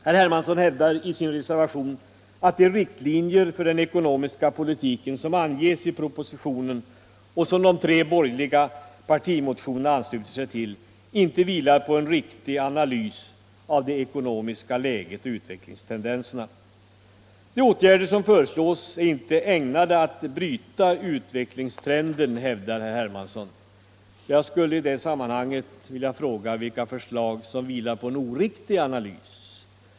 Herr Hermansson hävdar i sin reservation att de riktlinjer för den ekonomiska politiken som anges i propositionen och som de borgerliga partimotionerna ansluter sig till inte vilar på en riktig analys av det ekonomiska läget och utvecklingstendenserna. De åtgärder som föreslås är inte ägnade att bryta utvecklingstrenden, hävdar herr Hermansson. Jag skulle i det sammanhanget vilja fråga vilka förslag som vilar på en oriktig analys.